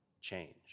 change